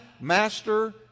master